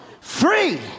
free